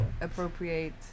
appropriate